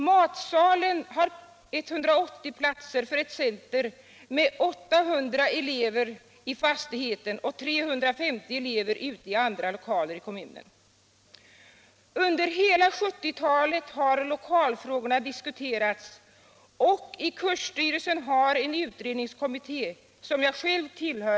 Matsalen har 180 platser för ett center med 800 elever i fastigheten och 350 elever ute i andra lokaler i kommunen. Under hela 1970-talet har lokalfrågorna diskuterats och i kursstyrelsen har en utredningskommitté arbetat som jag själv tillhör.